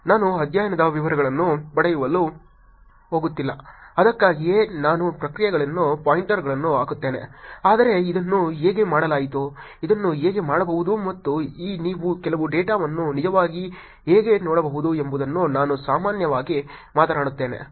ನಾನು ಅಧ್ಯಯನದ ವಿವರಗಳನ್ನು ಪಡೆಯಲು ಹೋಗುತ್ತಿಲ್ಲ ಅದಕ್ಕಾಗಿಯೇ ನಾನು ಪತ್ರಿಕೆಗಳಿಗೆ ಪಾಯಿಂಟರ್ಗಳನ್ನು ಹಾಕುತ್ತೇನೆ ಆದರೆ ಇದನ್ನು ಹೇಗೆ ಮಾಡಲಾಯಿತು ಇದನ್ನು ಹೇಗೆ ಮಾಡಬಹುದು ಮತ್ತು ನೀವು ಕೆಲವು ಡೇಟಾವನ್ನು ನಿಜವಾಗಿ ಹೇಗೆ ನೋಡಬಹುದು ಎಂಬುದನ್ನು ನಾನು ಸಾಮಾನ್ಯವಾಗಿ ಮಾತನಾಡುತ್ತೇನೆ